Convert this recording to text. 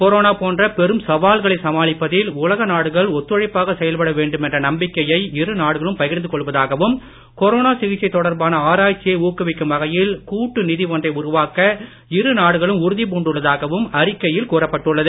corona போன்ற பெரும் சவால்களை சமாளிப்பதில் உலக நாடுகள் ஒத்துழைப்பாக செயல்பட வேண்டுமென்ற நம்பிக்கையை இருநாடுகளும் பகிர்ந்து கொள்வதாகவும் கொரோனா சிகிச்சை தொடர்பான ஆராய்ச்சியை ஊக்குவிக்கும் வகையில் கூட்டு நிதி ஒன்றை உருவாக்க இருநாடுகளும் உறுதிப் கூறப்பட்டுள்ளது